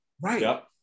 Right